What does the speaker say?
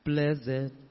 Blessed